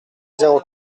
zéro